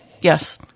Yes